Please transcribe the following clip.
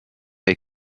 est